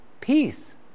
peace